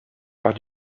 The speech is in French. part